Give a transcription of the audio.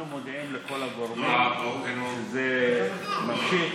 אנחנו מודיעים לכל הגורמים שזה ממשיך.